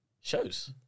shows